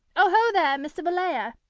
oho, there, mister valere!